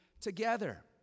together